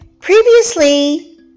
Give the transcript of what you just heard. previously